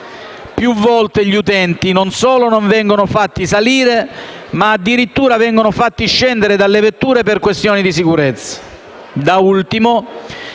Più volte gli utenti non solo non vengono fatti salire, ma addirittura vengono fatti scendere dalle vetture per questioni di sicurezza.